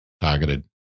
targeted